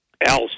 else